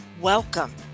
Welcome